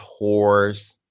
whores